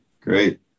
Great